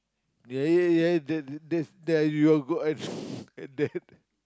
yeah yeah yeah that that that you all go at at that